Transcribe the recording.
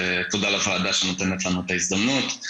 תודה לוועדה שנותנת לנו את ההזדמנות.